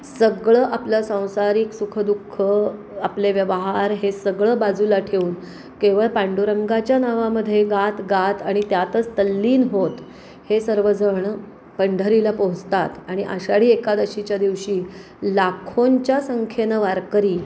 सगळं आपलं सांसारिक सुखदुःख आपले व्यवहार हे सगळं बाजूला ठेऊन केवळ पांडुरंगाच्या नावामध्ये गात गात आणि त्यातच तल्लीन होत हे सर्वजणं पंढरीला पोहचतात आणि आषाढी एकादशीच्या दिवशी लाखोंच्या संख्येनं वारकरी